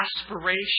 aspiration